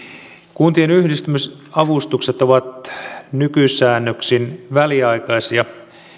kuntien yhdistymisavustukset ovat nykysäännöksin väliaikaisia